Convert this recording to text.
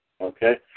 Okay